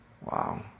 Wow